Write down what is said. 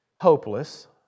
hopeless